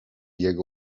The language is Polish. jego